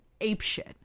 apeshit